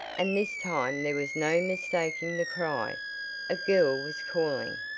and this time there was no mistaking the cry a girl was calling.